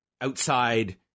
outside